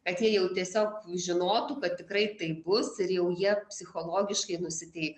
kad jie jau tiesiog žinotų kad tikrai taip bus ir jau jie psichologiškai nusiteiktų